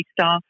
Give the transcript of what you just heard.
staff